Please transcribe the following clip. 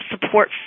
support